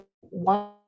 one